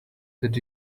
that